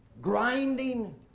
Grinding